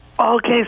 Okay